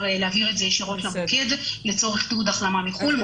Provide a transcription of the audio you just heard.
להעביר את זה ישירות למוקד לצורך תיעוד החלמה מחו"ל,